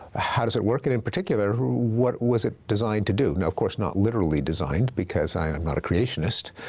how does it work, and in particular, what was it designed to do? now of course, not literally designed because i am not a creationist.